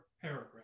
paragraph